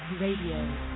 RADIO